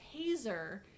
taser